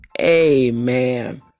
Amen